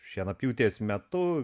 šienapjūtės metu